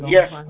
Yes